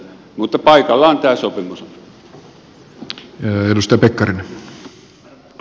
mutta paikallaan tämä sopimus on